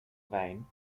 vein